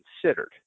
considered